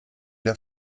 der